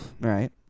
Right